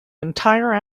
entire